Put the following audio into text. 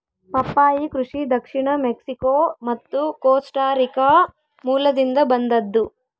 ಪಪ್ಪಾಯಿ ಕೃಷಿ ದಕ್ಷಿಣ ಮೆಕ್ಸಿಕೋ ಮತ್ತು ಕೋಸ್ಟಾರಿಕಾ ಮೂಲದಿಂದ ಬಂದದ್ದು